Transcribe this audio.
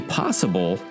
possible